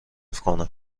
کنم